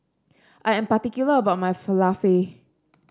I am particular about my Falafel